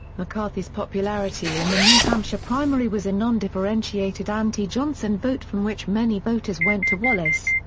mccarthy's popularity in the new hampshire primary was a nondifferentiated anti-johnson vote from which many voters went to wallace.